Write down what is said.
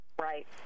Right